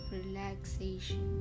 relaxation